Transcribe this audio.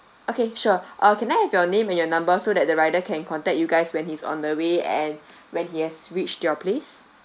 okay sure uh can I have your name and your number so that the rider can contact you guys when he's on the way and when he has reached your place